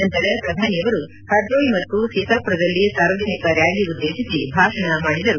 ನಂತರ ಪ್ರಧಾನಿಯವರು ಪರ್ದೋಯ್ ಮತ್ತು ಸೀತಾಮರದಲ್ಲಿ ಸಾರ್ವಜನಿಕ ರ್ನಾಲಿ ಉದ್ಲೇಶಿಸಿ ಭಾಷಣ ಮಾಡಿದರು